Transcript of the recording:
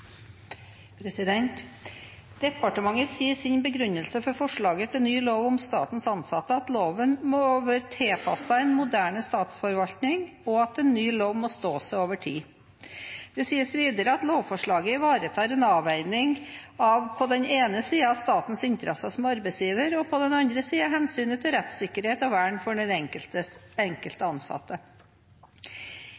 ny lov må stå seg over tid. Det sies videre at lovforslaget ivaretar en avveining av på den ene siden statens interesser som arbeidsgiver og på den andre siden hensynet til rettssikkerhet og vern for den enkelte